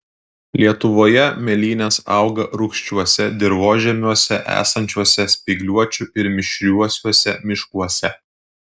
lietuvoje mėlynės auga rūgščiuose dirvožemiuose esančiuose spygliuočių ir mišriuosiuose miškuose